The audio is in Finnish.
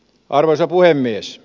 arvoisa puhemies